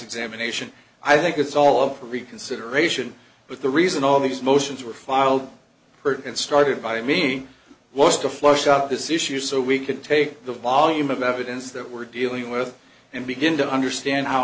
examination i think it's all up for reconsideration but the reason all these motions were filed heard and started by me was to flush out this issue so we could take the volume of evidence that we're dealing with and begin to understand how